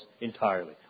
entirely